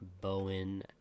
Bowen